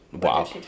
Wow